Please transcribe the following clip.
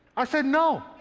i said, no.